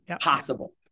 possible